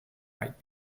might